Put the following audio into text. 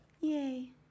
Yay